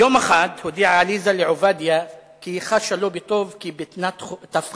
יום אחד הודיעה עליזה לעובדיה כי היא חשה לא בטוב וכי בטנה תפחה.